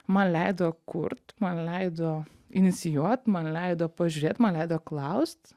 man leido kurt man leido inicijuot man leido pažiūrėt man leido klaust